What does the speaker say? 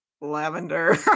lavender